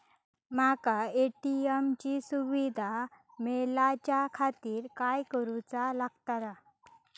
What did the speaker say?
माका ए.टी.एम ची सुविधा मेलाच्याखातिर काय करूचा लागतला?